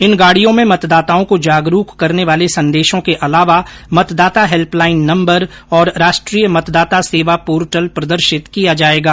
इन गाडियों में मतदाताओं को जागरूक करने वाले संदेशों के अलावा मतदाता हेल्पलाइन नम्बर और राष्ट्रीय मतदाता सेवा पोर्टल प्रदर्शित किया जाएगा